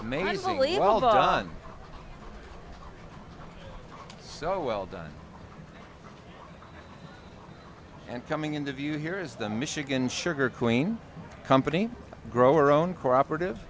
amazingly well done so well done and coming into view here is the michigan sugar queen company grower own cooperative